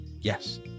yes